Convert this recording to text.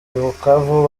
bukavu